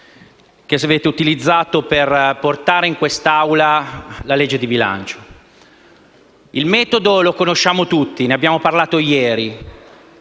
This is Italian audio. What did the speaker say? che avete utilizzato per portare in quest'Aula il disegno di legge di bilancio. Il metodo lo conosciamo tutti e ne abbiamo parlato ieri.